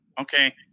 Okay